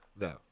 No